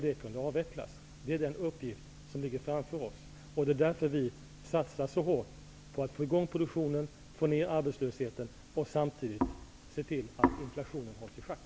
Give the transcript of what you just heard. Det är den uppgift som nu ligger framför oss. Det är därför vi satsar så hårt på att få i gång produktionen och på att få ned arbetslösheten och samtidigt se till att inflationen hålls i schack.